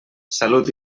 salut